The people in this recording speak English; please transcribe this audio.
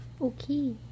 Okay